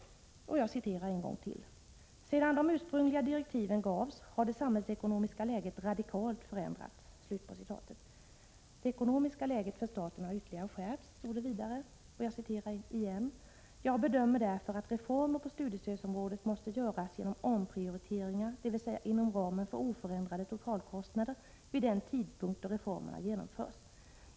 Han anförde: ”Sedan de ursprungliga direktiven gavs har det samhällsekonomiska läget radikalt förändrats.” Han sade också att det ekonomiska läget för staten har skärpts ytterligare och anförde sedan: ”Jag bedömer därför att reformer på studiestödsområdet måste göras genom omprioriteringar, dvs. inom ramen för oförändrade totalkostnader vid den tidpunkt då reformerna genomförs.